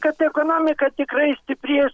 kad ekonomika tikrai stiprės